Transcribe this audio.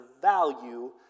value